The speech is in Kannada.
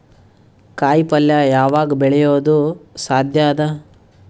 ಕಾಯಿಪಲ್ಯ ಯಾವಗ್ ಬೆಳಿಯೋದು ಸಾಧ್ಯ ಅದ?